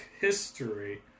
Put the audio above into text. history